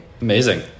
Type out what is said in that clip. Amazing